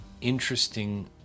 interesting